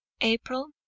April